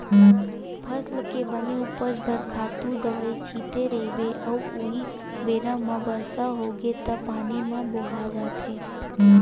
फसल के बने उपज बर खातू दवई छिते रहिबे अउ उहीं बेरा म बरसा होगे त पानी म बोहा जाथे